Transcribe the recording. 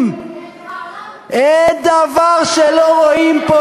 אין דבר שלא רואים.